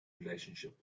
relationship